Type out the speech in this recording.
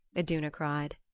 iduna cried.